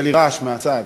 יהיה לי רעש מהצד.